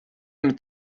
mit